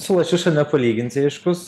su lašiša nepalyginsi aiškus